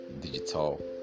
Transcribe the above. digital